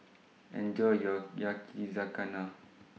Enjoy your Yakizakana